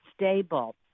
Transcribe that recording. stable